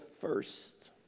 first